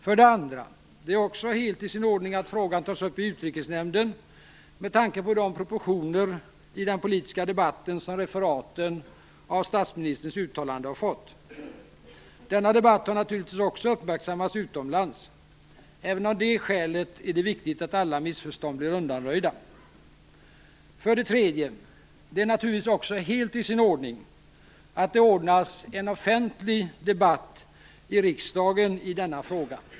För det andra är det också helt i sin ordning att frågan tas upp i Utrikesnämnden med tanke på de proportioner i den politiska debatten som referaten av statsministerns uttalande har fått. Denna debatt har naturligtvis också uppmärksammats utomlands. Även av det skälet är det viktigt att alla missförstånd blir undanröjda. För det tredje är det naturligtvis också helt i sin ordning att det ordnas en offentlig debatt i riksdagen i denna fråga.